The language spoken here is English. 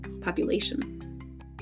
population